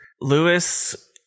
lewis